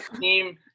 team